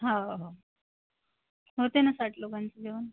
हा हो होते ना साठ लोकांचं जेवण